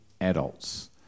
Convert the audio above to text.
adults